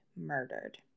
murdered